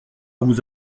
vous